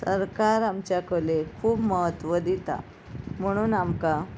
सरकार आमच्या कलेक खूब म्हत्व दिता म्हणून आमकां